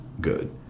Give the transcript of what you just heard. good